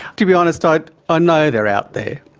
to be honest, i but ah know they're out there,